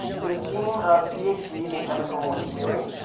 we're the team of ph ds in chemical engineering.